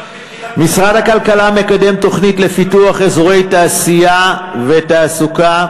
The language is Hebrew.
משרד הכלכלה מקדם תוכנית לפיתוח אזורי תעשייה ותעסוקה,